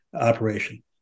operation